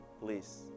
please